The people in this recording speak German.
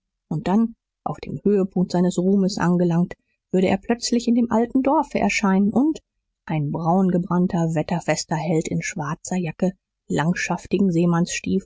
und dann auf dem höhepunkt seines ruhmes angelangt würde er plötzlich in dem alten dorfe erscheinen und ein braungebrannter wetterfester held in schwarzer jacke langschaftigen